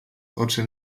oczy